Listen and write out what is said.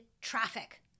traffic